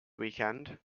weekend